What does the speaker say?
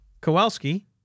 Kowalski